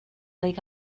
lake